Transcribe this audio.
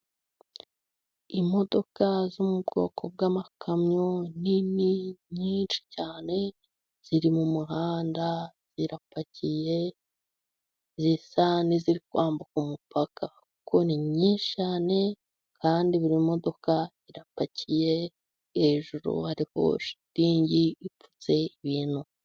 Imodoka zo mu bwoko bw'amakamyo nini, nyinshi cyane, ziri mu muhanda, zirapakiye, zisa n'iziri kwambuka umupaka. kuko ni nyinshi cyane, kandi buri modoka irapakiye, hejuru hari shitingi ipfutse ibintu.